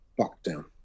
lockdown